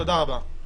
תודה רבה.